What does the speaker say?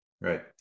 Right